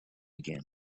again